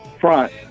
front